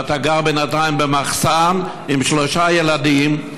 ואתה גר בינתיים במחסן עם שלושה ילדים.